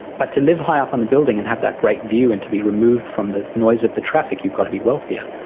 but to live high up in the building and have that great view and to be removed from the noise of the traffic, you've got to be wealthier.